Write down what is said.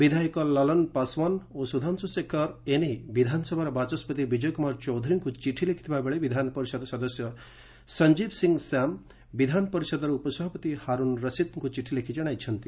ବିଧାୟକ ଲଲନ୍ ପାସ୍ୱାନ୍ ଓ ସ୍ୱଧାଂଶ୍ର ଶେଖର ଏନେଇ ବିଧାନସଭାର ବାଚସ୍କତି ବିଜୟ କୁମାର ଚୌଧୁରୀଙ୍କୁ ଚିଠି ଲେଖିଥିବାବେଳେ ବିଧାନ ପରିଷଦ ସଦସ୍ୟ ସଞ୍ଜୀବ ସିଂ ଶ୍ୟାମ ବିଧାନ ପରିଷଦର ଉପସଭାପତି ହାରୁନ୍ ରଶିଦ୍ଙ୍କୁ ଚିଠି ଲେଖି ଜଣାଇଛନ୍ତି